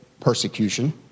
persecution